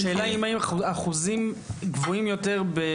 השאלה היא האם יש אחוזים גבוהים יותר של